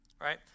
right